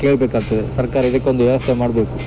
ಕೇಳಬೇಕಾಗ್ತದೆ ಸರ್ಕಾರ ಇದಕ್ಕೊಂದು ವ್ಯವಸ್ಥೆ ಮಾಡಬೇಕು